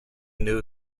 new